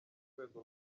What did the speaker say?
rwego